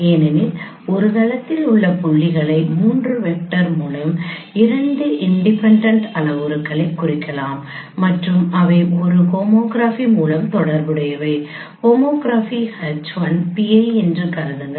ஏனெனில் ஒரு தளத்தில் உள்ள புள்ளிகளை மூன்று வெக்டர் மூலம் இரண்டு இண்டிபெண்டண்ட் அளவுருக்களை குறிக்கலாம் மற்றும் அவை ஒரு ஹோமோகிராஃபி மூலம் தொடர்புடையவை ஹோமோகிராபி H 1 pi என்று கருதுங்கள்